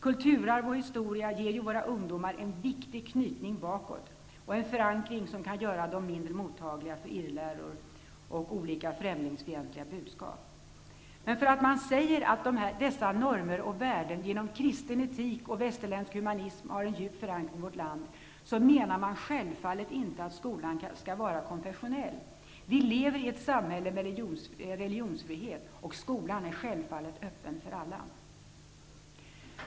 Kulturarv och historia ger våra ungdomar en viktig knytning bakåt och en förankring som kan göra dem mindre mottagliga för irrläror och olika främlingsfientliga budskap. Men för att man säger att dessa normer och värden ''genom kristen etik och västerländsk humanism har en djup förankring i vårt land'' menar man självfallet inte att skolan skall vara konfessionell. Vi lever i ett samhälle med religionsfrihet, och skolan är givetvis öppen för alla.